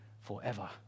forever